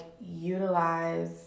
utilize